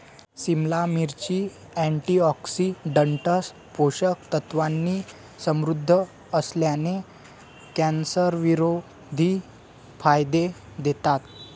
सिमला मिरची, अँटीऑक्सिडंट्स, पोषक तत्वांनी समृद्ध असल्याने, कॅन्सरविरोधी फायदे देतात